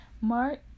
Mark